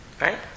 right